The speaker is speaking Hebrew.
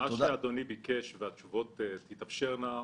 את מה שאדוני ביקש והתשובות תתאפשרנה,